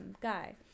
guy